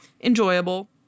enjoyable